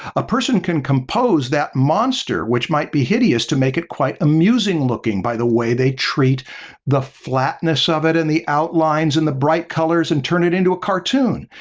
a person can compose that monster which might be hideous to make it quite amusing looking by the way they treat the flatness of it and the outlines and the bright colors and turn it into a cartoon,